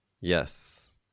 Yes